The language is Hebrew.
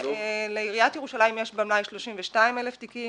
לעיריית ירושלים יש במלאי 32,000 תיקים.